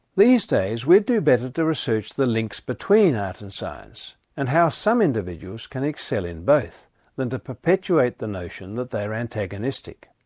these days we'd do better to research the links between art and science and how some individuals can excel in both than to perpetuate the notion that they are antagonistic.